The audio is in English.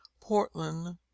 Portland